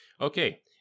okay